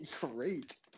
Great